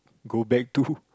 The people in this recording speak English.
go back to